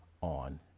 on